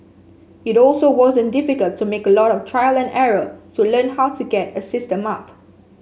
it also wasn't difficult to make a lot of trial and error to learn how to get a system up